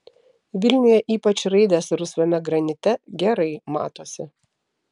vilniuje ypač raidės rusvame granite gerai matosi